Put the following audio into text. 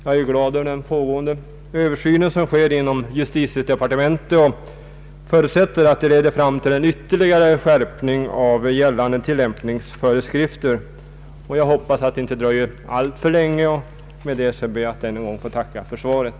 Jag är glad över att det pågår en översyn av denna fråga inom justitiedepartementet, och jag förutsätter att den leder fram till en ytterligare skärpning av gällande tillämpningsföreskrifter. Jag hoppas att det inte dröjer alltför länge. Med detta ber jag än en gång att få tacka för svaret.